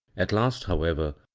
at last, however,